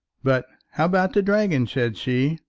but how about the dragon, said she,